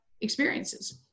experiences